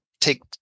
take